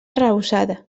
arrebossada